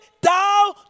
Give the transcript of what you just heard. down